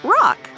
rock